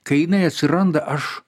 kai jinai atsiranda aš